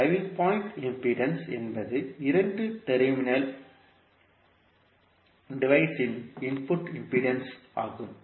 driving point impedance என்பது இரண்டு terminal device இன் இன்புட் இம்பிடேன்ஸ் ஆகும்